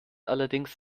allerdings